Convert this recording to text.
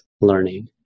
learning